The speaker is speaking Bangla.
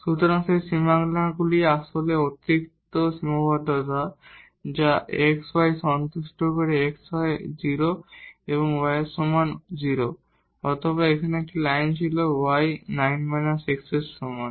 সুতরাং সেই বাউন্ডারিগুলি আসলে ফাংশনের অতিরিক্ত সীমাবদ্ধতা যা x y কে সন্তুষ্ট করে x হয় 0 অথবা y এর সমান 0 অথবা সেখানে একটি লাইন ছিল y 9 − x এর সমান